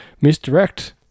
misdirect